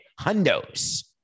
hundos